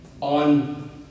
on